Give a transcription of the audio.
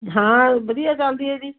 ਹਾਂ ਵਧੀਆ ਚੱਲਦੀ ਹੈ ਜੀ